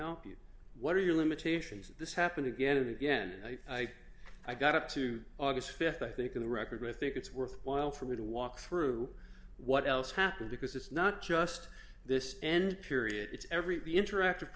help you what are your limitations and this happened again and again and i i got up to august th i think on the record with think it's worthwhile for me to walk through what else happened because it's not just this end period it's every the interactive